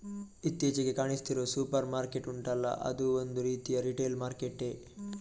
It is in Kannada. ಇತ್ತೀಚಿಗೆ ಕಾಣಿಸ್ತಿರೋ ಸೂಪರ್ ಮಾರ್ಕೆಟ್ ಉಂಟಲ್ಲ ಅದೂ ಒಂದು ರೀತಿಯ ರಿಟೇಲ್ ಮಾರ್ಕೆಟ್ಟೇ